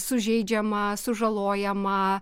sužeidžiama sužalojama